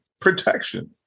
protection